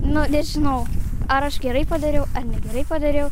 nu nežinau ar aš gerai padariau ar negerai padariau